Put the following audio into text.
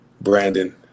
Brandon